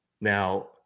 Now